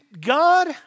God